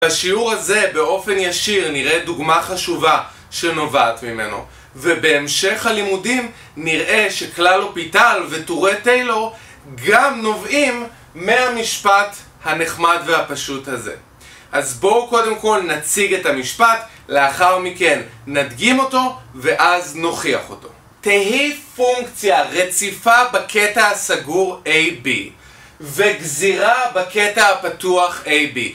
בשיעור הזה באופן ישיר נראה דוגמא חשובה שנובעת ממנו ובהמשך הלימודים נראה שכלל אופיטל וטורי טיילור גם נובעים מהמשפט הנחמד והפשוט הזה אז בואו קודם כל נציג את המשפט, לאחר מכן נדגים אותו ואז נוכיח אותו תהי פונקציה רציפה בקטע הסגור AB וגזירה בקטע הפתוח AB